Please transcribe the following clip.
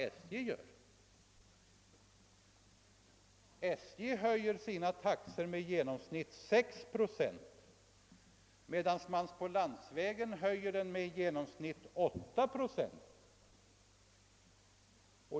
Höjningen av SJ:s taxor utgör i genomsnitt 6 procent, medan landsvägstrafikens taxor höjs med genomsnittligt 8 procent.